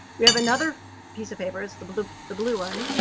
we have another piece of paper. it's the blue the blue one.